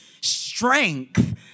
strength